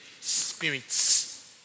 spirits